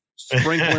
Sprinkling